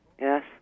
Yes